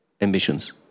ambitions